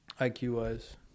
IQ-wise